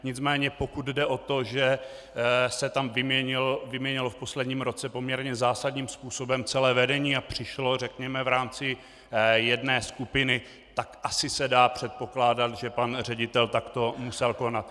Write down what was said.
Nicméně pokud jde o to, že se tam vyměnilo v posledním roce poměrně zásadním způsobem celé vedení a přišlo, řekněme, v rámci jedné skupiny, tak asi se dá předpokládat, že pan ředitel takto musel konat.